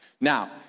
Now